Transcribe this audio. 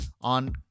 on